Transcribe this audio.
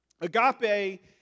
Agape